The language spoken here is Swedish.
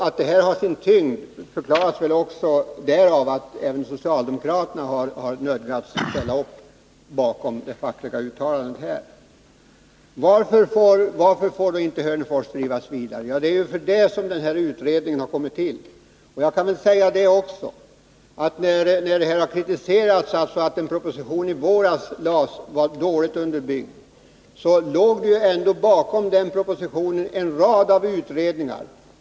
Att beslutet har sin tyngd förklaras väl också därav att även socialdemokraterna har nödgats ställa upp bakom det fackliga uttalandet. Varför får då inte Hörnefors drivas vidare? Ja, det är ju för att utreda den saken som SIND:s utvärdering har tillkommit. Jag kan också säga att när propositionen i våras kritiserades för att den var dåligt underbyggd, så låg ändå bakom den en rad utredningar.